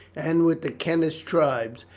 and with the kentish tribes,